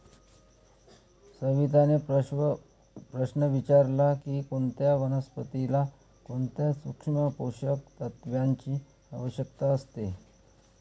सविताने प्रश्न विचारला की कोणत्या वनस्पतीला कोणत्या सूक्ष्म पोषक तत्वांची आवश्यकता असते?